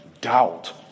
doubt